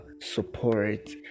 support